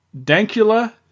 Dankula